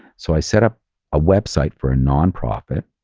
so i set up a website for a nonprofit,